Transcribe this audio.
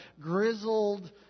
grizzled